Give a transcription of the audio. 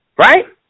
Right